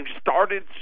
started